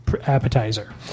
appetizer